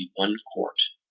one quart